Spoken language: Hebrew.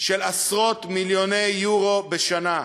של עשרות-מיליוני יורו בשנה.